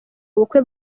ubukwe